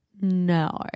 No